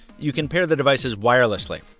you can pair the devices wirelessly,